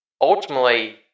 Ultimately